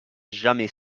jamais